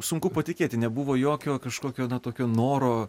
sunku patikėti nebuvo jokio kažkokio na tokio noro